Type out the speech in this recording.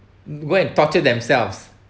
go and torture themselves